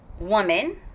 Woman